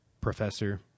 professor